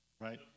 right